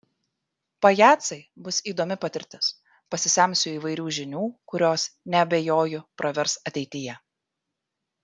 pajacai bus įdomi patirtis pasisemsiu įvairių žinių kurios neabejoju pravers ateityje